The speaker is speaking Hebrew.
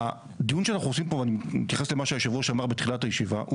הדיון שאנחנו עושים פה ואני מתייחס למה שיושב הראש אמר בתחילת הישיבה,